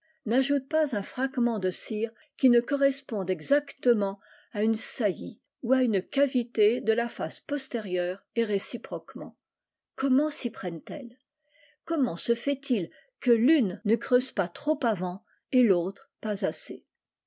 n'ajoute pas un fragment de cire qui ne corresponde exactement à une saillie ou à une cavité dt face postérieure et réciproquement comm s'y prennent elles comment se fait-il que l'une ne creuse pas trop avant et tautre pas assez